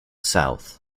south